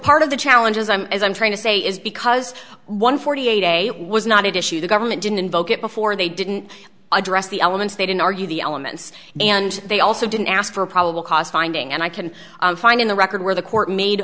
part of the challenge is i'm as i'm trying to say is because one forty a day was not at issue the government didn't invoke it before they didn't address the elements they didn't argue the elements and they also didn't ask for probable cause finding and i can find in the record where the court made